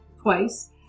twice